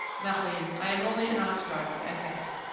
marie, i am only an ox-driver at best,